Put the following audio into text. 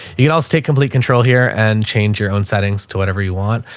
you can always take complete control here and change your own settings to whatever you want.